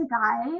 guide